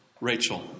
Rachel